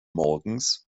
morgens